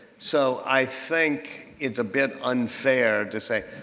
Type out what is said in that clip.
so i think it's a bit unfair to say,